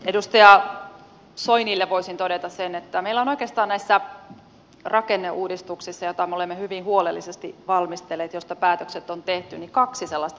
edustaja soinille voisin todeta sen että meillä on oikeastaan näissä rakenneuudistuksissa joita me olemme hyvin huolellisesti valmistelleet ja joista päätökset on tehty kaksi sellaista punaista lankaa